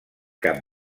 cap